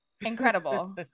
incredible